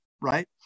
right